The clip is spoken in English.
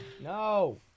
No